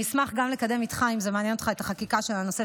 אני אשמח גם לקדם איתך את החקיקה של הנושא